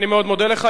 אני מאוד מודה לך.